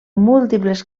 múltiples